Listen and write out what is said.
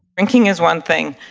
drinking is one thing,